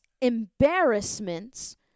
embarrassments